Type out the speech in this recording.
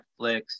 Netflix